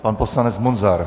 Pan poslanec Munzar.